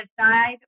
side